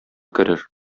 керер